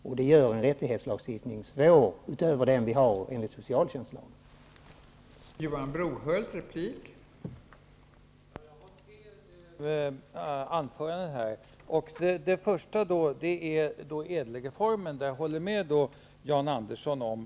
Det gör att en rättighetslagstiftning utöver den vi har enligt socialtjänstlagen blir komplicerad.